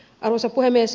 arvoisa puhemies